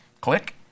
Click